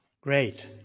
Great